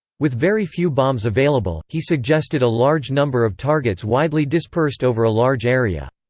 with very few bombs available, he suggested a large number of targets widely dispersed over a large area.